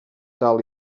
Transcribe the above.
dal